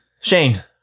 Shane